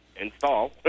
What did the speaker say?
install